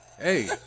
Hey